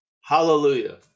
Hallelujah